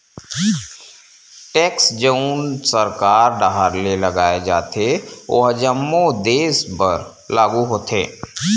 tax जउन सरकार डाहर ले लगाय जाथे ओहा जम्मो देस बर लागू होथे